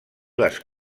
les